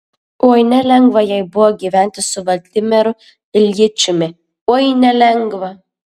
oi nelengva jai buvo gyventi su vladimiru iljičiumi oi nelengva